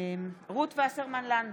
רות וסרמן לנדה,